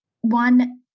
one